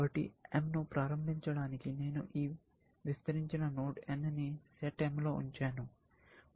కాబట్టి M ను ప్రారంభించడానికి నేను ఈ విస్తరించిన నోడ్ n ని సెట్ M లో ఉంచాను